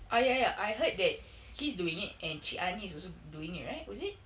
ah ya ya I heard that he's doing it and cik anis is also doing it right was it